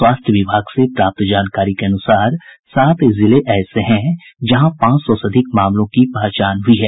स्वास्थ्य विभाग से प्राप्त जानकारी के अनुसार सात जिले ऐसे हैं जहां पांच सौ से अधिक मामलों की पहचान हुई है